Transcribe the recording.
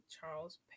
Charles